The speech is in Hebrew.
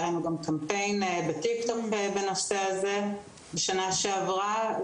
היה לנו גם קמפיין בטיק טוק בנושא הזה בשנה שעברה.